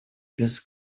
без